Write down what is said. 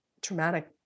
traumatic